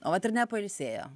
o vat ir nepailsėjo